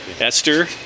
Esther